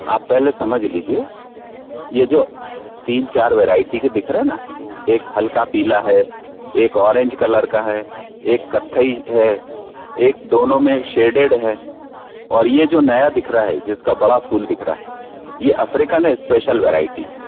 आप पहले समझ लीजिए यह जो तीन चार वैरायटी के दिख रहे हैं ना एक हल्का पीला है एक ऑरेंज कलर का है एक कत्थई है एक दोनों में शेडेड है और यह जो नया दिख रहा है जिसका बड़ा फूल दिख रहा है यह अफ्रीकन है स्पेशल वैरायटी है